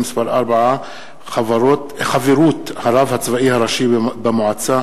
מס' 4) (חברות הרב הצבאי הראשי במועצה),